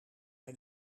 hij